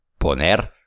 Poner